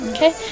Okay